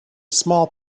small